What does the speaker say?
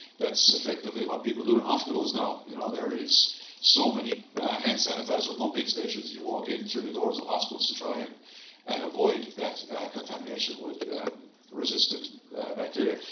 that's effectively what people do in hospitals now. you know there is so many hand sanitizer pumping stations. you walk in through the doors of hospitals to try and and avoid that contamination with resistant bacteria.